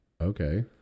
Okay